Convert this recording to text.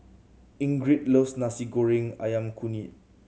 Ingrid loves Nasi Goreng Ayam Kunyit